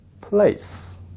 place